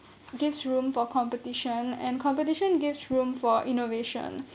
gives room for competition and competition gives room for innovation